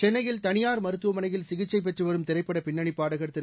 சென்னையில் தளியார் மருத்துவமனையில் சிகிச்சை பெற்று வரும் திரைப்பட பின்னணி பாடகர் திரு